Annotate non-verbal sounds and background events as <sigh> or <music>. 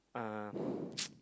uh <breath> <noise>